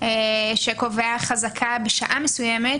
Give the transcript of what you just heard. שקובע חזקה בשעה מסוימת,